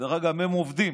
הם עובדים.